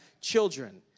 children